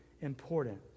important